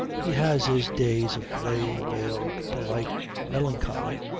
he has his days of grey, veiled, polite melancholy,